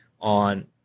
on